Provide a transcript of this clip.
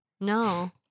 No